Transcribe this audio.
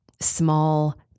small